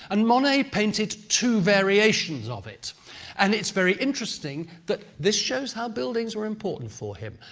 and monet painted two variations of it and it's very interesting that this shows how buildings were important for him.